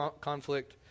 conflict